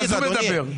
אדוני,